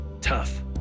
Tough